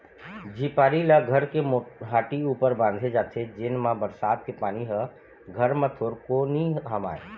झिपारी ल घर के मोहाटी ऊपर बांधे जाथे जेन मा बरसात के पानी ह घर म थोरको नी हमाय